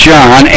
John